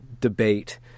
debate